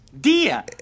Dear